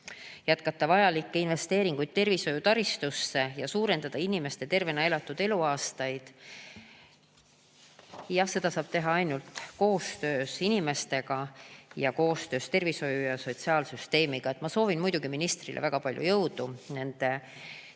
"Jätkata vajalikke investeeringuid tervishoiutaristusse ja suurendada inimeste tervena elatud eluaastaid." Jah, seda saab teha ainult koostöös inimestega ja koostöös tervishoiu- ja sotsiaalsüsteemiga. Ma soovin muidugi ministrile väga palju jõudu nende teeside